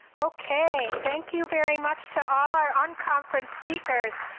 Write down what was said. okay, thank you very much to all our unconference speakers.